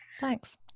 thanks